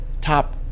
top –